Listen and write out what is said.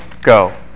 go